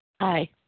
Hi